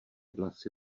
vlasy